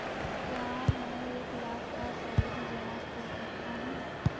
क्या मैं एक लाख का सावधि जमा खोल सकता हूँ?